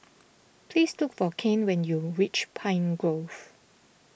please look for Kane when you reach Pine Grove